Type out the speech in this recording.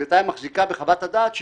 ובינתיים מחזיקה בחוות הדעת,